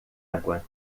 água